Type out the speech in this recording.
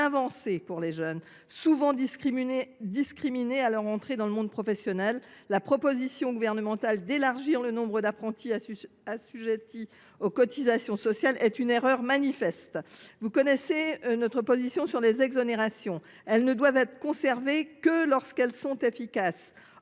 pour eux, souvent discriminés qu’ils étaient à leur entrée dans le monde professionnel. La proposition gouvernementale d’élargir le nombre d’apprentis assujettis aux cotisations sociales est une erreur manifeste. Vous connaissez notre position sur les exonérations. Elles ne doivent être conservées que lorsqu’elles sont efficaces.